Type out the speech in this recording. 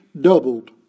doubled